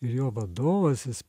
ir jo vadovas jis